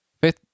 Fifth